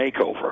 makeover